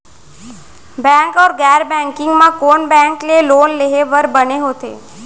Bank अऊ गैर banking म कोन बैंक ले लोन लेहे बर बने होथे?